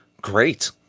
Great